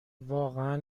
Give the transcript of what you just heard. واقعا